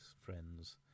friends